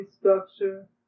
structure